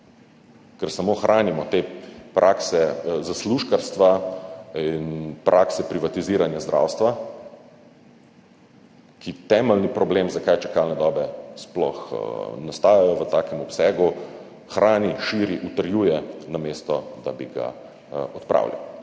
ker samo hranimo te prakse zaslužkarstva in prakse privatiziranja zdravstva, ki temeljni problem, zakaj čakalne dobe sploh nastajajo v takem obsegu, hrani, širi, utrjuje, namesto da bi ga odpravljal.